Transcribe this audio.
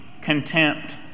contempt